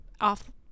off